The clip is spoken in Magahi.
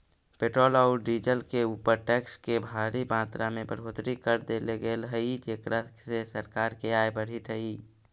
पेट्रोल औउर डीजल के ऊपर टैक्स के भारी मात्रा में बढ़ोतरी कर देले गेल हई जेकरा से सरकार के आय बढ़ीतऽ हई